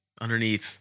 underneath